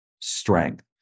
strength